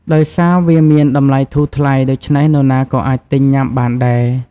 ដោយសារវាមានតម្លៃធូរថ្លៃ ដូច្នេះនរណាក៏អាចទិញញុំាបានដែរ។